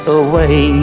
away